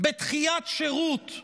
בדחיית שירות,